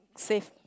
safe